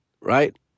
right